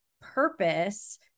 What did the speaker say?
purpose